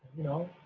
know,